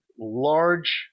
large